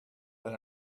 and